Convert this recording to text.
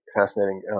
fascinating